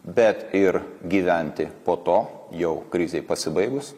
bet ir gyventi po to jau krizei pasibaigus